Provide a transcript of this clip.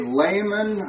layman